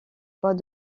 fois